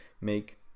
make